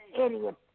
idiot